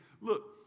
look